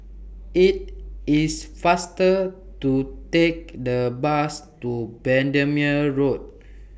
IT IS faster to Take The Bus to Bendemeer Road